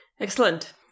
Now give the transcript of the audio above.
Excellent